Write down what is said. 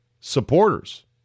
supporters